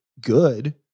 good